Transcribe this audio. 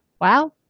Wow